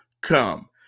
come